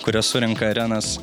kurie surenka arenas